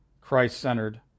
Christ-centered